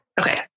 Okay